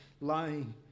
lying